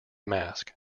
mask